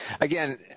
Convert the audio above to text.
Again